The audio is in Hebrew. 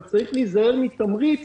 אבל צריך להיזהר מתמריץ